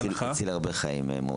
מועאוויה הציל הרבה חיים.